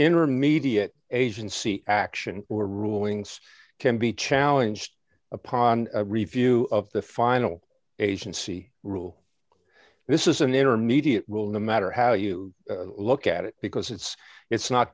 intermediate agency action rulings can be challenged upon review of the final agency rule this is an intermediate rule no matter how you look at it because it's it's not